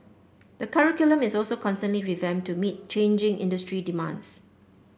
the curriculum is also constantly revamped to meet changing industry demands